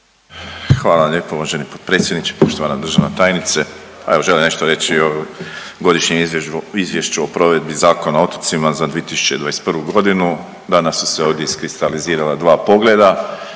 Hvala vam lijepo uvaženi potpredsjedniče. Poštovana državna tajnice, a evo želim nešto reći i o godišnjem izvješću o provedbi Zakona o otocima za 2021. godinu. Danas su se ovdje iskristalizirala dva pogleda.